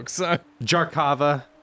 Jarkava